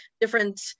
different